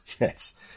Yes